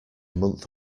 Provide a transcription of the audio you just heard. month